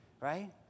right